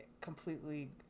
completely